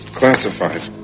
classified